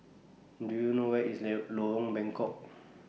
Do YOU know Where IS let Lorong Bengkok